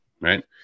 Right